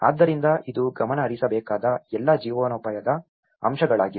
ಆದ್ದರಿಂದ ಇದು ಗಮನಹರಿಸಬೇಕಾದ ಎಲ್ಲಾ ಜೀವನೋಪಾಯದ ಅಂಶಗಳಾಗಿವೆ